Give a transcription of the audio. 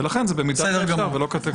לכן זה במידת האפשר ולא קטיגורית.